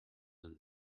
and